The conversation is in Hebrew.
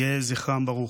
יהי זכרם ברוך.